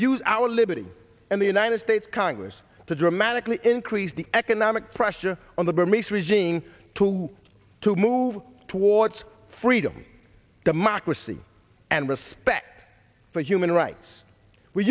use our liberty and the united states congress to dramatically increase the economic pressure on the burmese regime to to move towards freedom democracy and respect for human rights we